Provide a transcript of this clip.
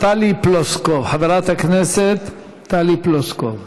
חברת הכנסת טלי פלוסקוב.